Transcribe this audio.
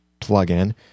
plugin